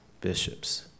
bishops